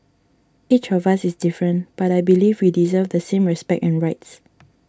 each of us is different but I believe we deserve the same respect and rights